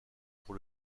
pour